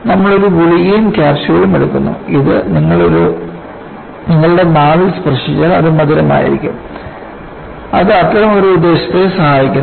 നമ്മൾ ഒരു ഗുളികയും കാപ്സ്യൂളും എടുക്കുന്നു ഇത് നിങ്ങളുടെ നാവിൽ സ്പർശിച്ചാൽ അത് മധുരമായിരിക്കും അത് അത്തരമൊരു ഉദ്ദേശ്യത്തെ സഹായിക്കുന്നു